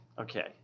Okay